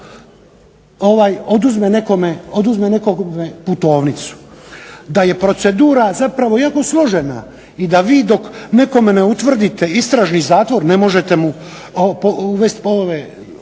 oduzme nekome putovnicu, da je procedura zapravo jako složena i da vi dok nekome ne utvrdite istražni zatvor ne možete mu uvesti ove